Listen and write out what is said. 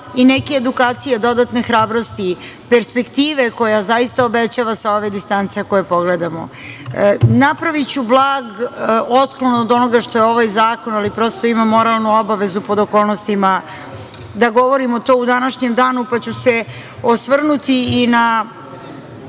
i neke edukacije dodatne hrabrosti, perspektive koja zaista obećava sa ove distance ako je pogledamo. Napraviću blag otklon od onoga što je ovaj zakon, ali prosto imam moralnu obavezu pod okolnostima da govorimo to u današnjem danu, pa ću se osvrnuti i na